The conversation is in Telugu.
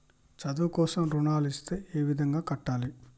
చదువు కోసం రుణాలు ఇస్తే ఏ విధంగా కట్టాలి?